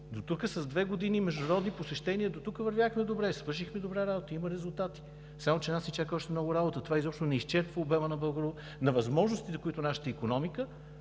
Дотук с две години международни посещения вървяхме добре, свършихте добра работа, има резултати. Само че нас ни чака още много работа. Това изобщо не изчерпва обема на възможностите на нашата икономика,